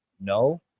no